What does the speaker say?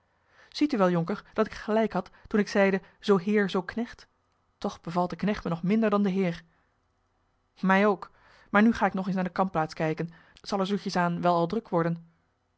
ziet u wel jonker dat ik gelijk had toen ik zeide zoo heer zoo knecht toch bevalt de knecht me nog minder dan de heer mij ook maar nu ga ik nog eens naar de kampplaats kijken t zal er zoetjes aan wel al druk worden